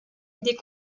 idée